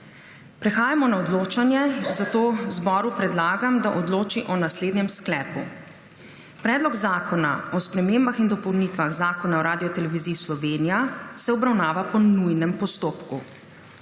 Prehajamo na odločanje, zato zboru predlagam, da odloči o naslednjem sklepu: Predlog zakona o spremembah in dopolnitvah Zakona o Radioteleviziji Slovenija se obravnava po nujnem postopku.